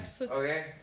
Okay